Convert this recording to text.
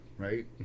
Right